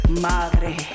madre